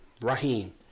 Raheem